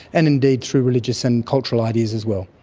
and indeed through religious and cultural ideas as well.